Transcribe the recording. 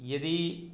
यदि